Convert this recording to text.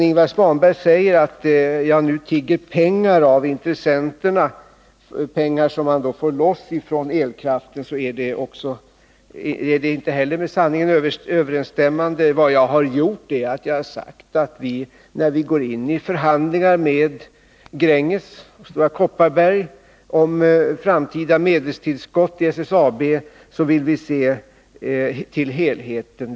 Ingvar Svanberg säger sedan att jag nu tigger pengar av intressenterna — pengar som man får loss från elkraften. Det är inte heller med sanningen överensstämmande. Jag har sagt att vi när vi går in i förhandlingar med Grängesberg och Stora Kopparberg om framtida medelstillskott till SSAB bör se till helheten.